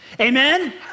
Amen